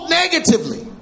negatively